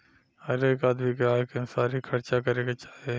हरेक आदमी के आय के अनुसार ही खर्चा करे के चाही